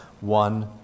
one